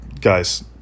Guys